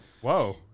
whoa